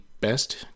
best